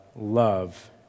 love